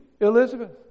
Elizabeth